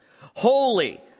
holy